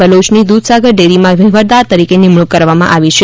બલોચની દૂધસાગર ડેરીમાં વહીવટદાર તરીકે નિમણૂક કરવામાં આવી છે